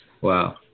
Wow